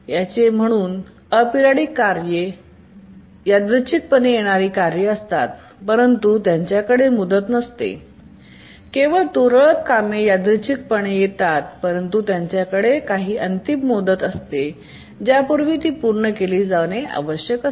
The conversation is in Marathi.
त्याचे म्हणून अॅपरिओडिक कार्ये रैन्डमली येणारी कार्ये असतात परंतु त्यांच्याकडे मुदत नसते तर तुरळक कामे रैन्डमली येतात परंतु त्यांच्याकडे काही अंतिम मुदत असते ज्यापूर्वी ती पूर्ण केली जाणे आवश्यक असते